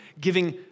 giving